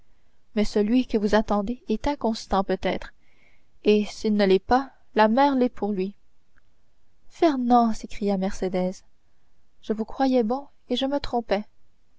mais celui que vous attendez est inconstant peut-être et s'il ne l'est pas la mer l'est pour lui fernand s'écria mercédès je vous croyais bon et je me trompais